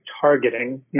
targeting